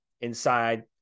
inside